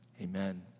Amen